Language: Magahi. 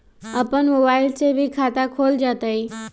अपन मोबाइल से भी खाता खोल जताईं?